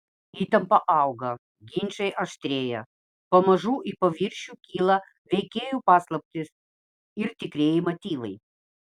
įtampa auga ginčai aštrėja pamažu į paviršių kyla veikėjų paslaptys ir tikrieji motyvai